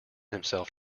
himself